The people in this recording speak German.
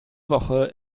woche